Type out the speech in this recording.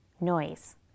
noise